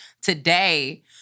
today